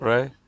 Right